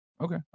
Okay